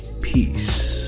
peace